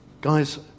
Guys